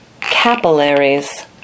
capillaries